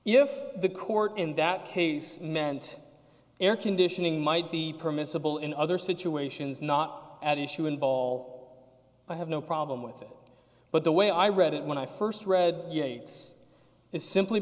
if the court in that case meant air conditioning might be permissible in other situations not at issue and ball i have no problem with that but the way i read it when i first read yates is simply